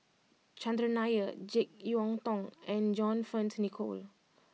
Chandran Nair Jek Yeun Thong and John Fearns Nicoll